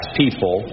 people